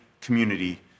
community